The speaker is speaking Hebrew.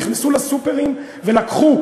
נכנסו לסופרים ולקחו.